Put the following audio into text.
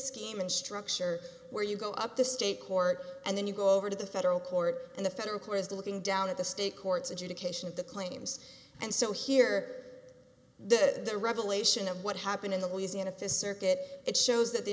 scheme in structure where you go up to state court and then you go over to the federal court and the federal court is looking down at the state courts adjudication of the claims and so here did the revelation of what happened in the louisiana to circuit it shows that the